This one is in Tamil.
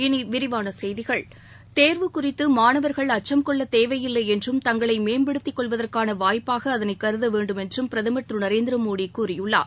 இனி விரிவான செய்திகள் தேர்வு குறித்து மாணவர்கள் அச்சம் கொள்ளத் தேவையில்லை என்றும் தங்களை மேம்படுத்திக் கொள்வதற்கான வாய்ப்பாக அதனைக் கருத வேண்டும் என்றும் பிரதமர் திரு நரேந்திர மோடி கூறியுள்ளார்